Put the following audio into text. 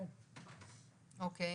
אוקיי.